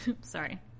Sorry